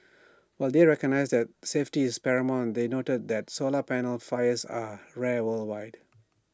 while they recognised that safety is paramount they noted that solar panel fires are rare worldwide